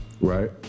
Right